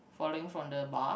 falling from the bar